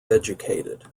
educated